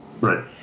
Right